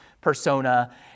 persona